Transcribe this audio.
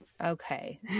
Okay